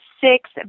six